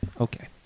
Okay